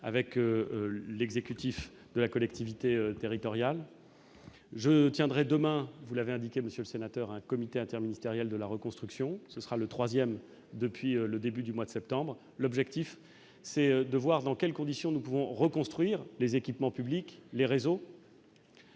avec l'exécutif de la collectivité territoriale. Je réunirai demain un comité interministériel de la reconstruction. Ce sera le troisième depuis le début du mois de septembre. L'objectif est de voir dans quelles conditions nous pouvons reconstruire les équipements publics et les réseaux